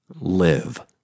Live